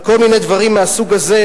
על כל מיני דברים מהסוג הזה,